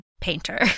painter